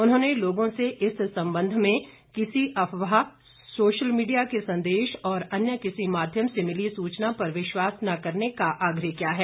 उन्होंने लोगों से इस संबंध में किसी अफवाह सोशल मीडिया के संदेश और अन्य किसी माध्यम से मिली सूचना पर विश्वास न करने का आग्रह किया है